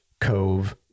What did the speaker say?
cove